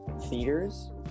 theaters